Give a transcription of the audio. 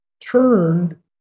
turned